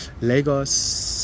Lagos